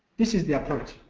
this is the approach.